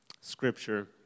Scripture